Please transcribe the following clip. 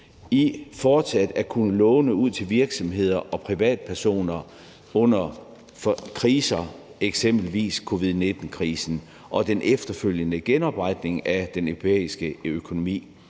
i fortsat at kunne låne ud til virksomheder og privatpersoner under kriser, eksempelvis covid-19-krisen, og i den efterfølgende genopretning af den europæiske økonomi.